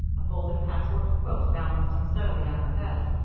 a folded patchwork quilt balanced unsteadily on her head,